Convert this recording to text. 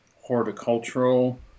horticultural